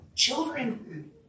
children